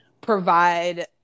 provide